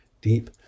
Deep